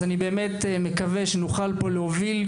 אז אני באמת מקווה שנוכל פה להוביל.